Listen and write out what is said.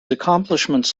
accomplishments